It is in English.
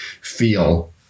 feel